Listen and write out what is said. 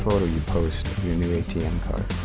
sort of you post of your new atm card.